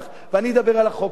ואני אדבר על החוק הזה.